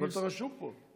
אבל אתה רשום פה.